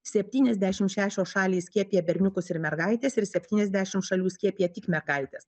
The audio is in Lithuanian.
septyniasdešimt šešios šalys skiepija berniukus ir mergaites ir septyniasdešimt šalių skiepija tik mergaites